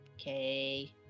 Okay